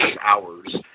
hours